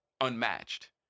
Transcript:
unmatched